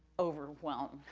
overwhelmed.